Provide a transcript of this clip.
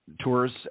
tours